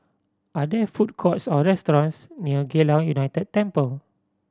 are there food courts or restaurants near Geylang United Temple